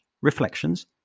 reflections